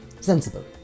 sensible